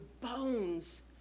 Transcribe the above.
bones